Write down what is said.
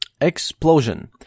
Explosion